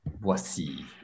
voici